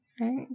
Right